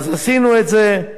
אז עשינו את זה.